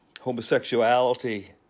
homosexuality